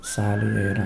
salėje yra